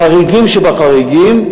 חריגים שבחריגים,